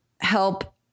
help